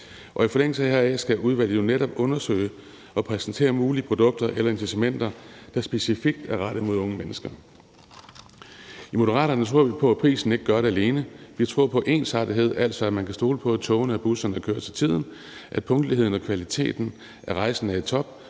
og i forlængelse heraf skal udvalget jo netop undersøge og præsentere mulige produkter eller incitamenter, der specifikt er rettet mod unge mennesker. I Moderaterne tror vi på, at prisen ikke gør det alene, men vi tror på en ensartethed, altså at man kan stole på, at togene og busserne kører til tiden, at punktligheden og kvaliteten af rejsen er i top,